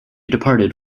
departed